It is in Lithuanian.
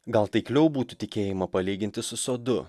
gal taikliau būtų tikėjimo palyginti su sodu